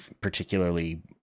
particularly